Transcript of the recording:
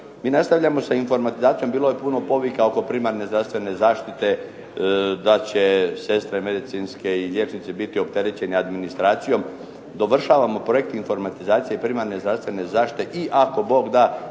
Mi nastavljamo sa informatizacijom. Bilo je puno povika oko primarne zdravstvene zaštite da će sestre medicinske i liječnici biti opterećeni administracijom. Dovršavamo projekt informatizacije primarne zdravstvene zaštite i ako Bog da